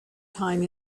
time